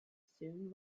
soon